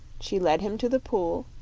she led him to the pool,